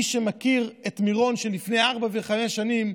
מי שמכיר את מירון של לפני ארבע וחמש שנים,